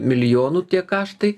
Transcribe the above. milijonų tie kaštai